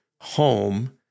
home